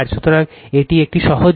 সুতরাং এটি একটি সহজ জিনিস